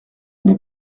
n’est